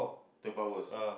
twelve hours